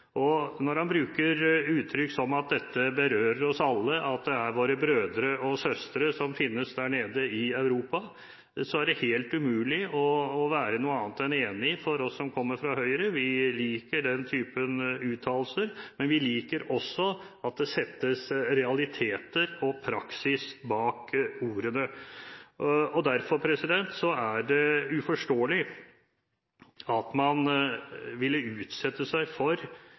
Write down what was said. og etter EØS-avtalen. Når han bruker uttrykk som at dette berører oss alle, at det er våre brødre og søstre som finnes der nede i Europa, er det helt umulig å være noe annet enn enig, for vi som kommer fra Høyre, liker den typen uttalelser, men vi liker også at det settes realiteter og praksis bak ordene. Derfor er det uforståelig at man ville utsette seg for